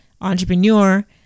entrepreneur